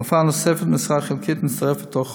רופאה נוספת במשרה חלקית מצטרפת בתוך חודש.